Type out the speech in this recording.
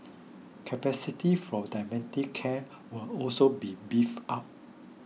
capacity for dementia care will also be beefed up